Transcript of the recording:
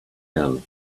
gun